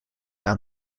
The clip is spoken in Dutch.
aan